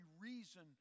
reason